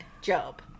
job